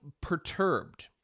perturbed